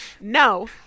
no